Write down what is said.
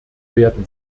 werden